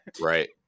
Right